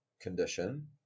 condition